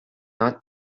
not